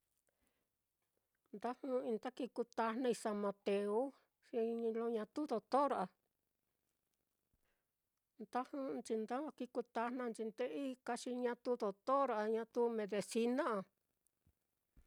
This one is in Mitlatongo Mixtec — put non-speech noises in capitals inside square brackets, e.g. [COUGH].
Nda jɨꞌɨi nda kii kutajnai sa mategu, xilo ñatu dotor á, [NOISE] nda jɨꞌɨnchi nda kii kutajnanchi nde ika xi ñatu dotor á, ñatu medicina á.